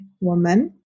woman